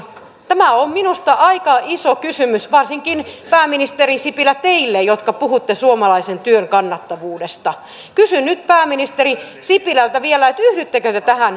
tämä on minusta aika iso kysymys varsinkin pääministeri sipilä teille joka puhutte suomalaisen työn kannattavuudesta kysyn nyt pääministeri sipilältä vielä että yhdyttekö te tähän